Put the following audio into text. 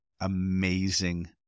amazing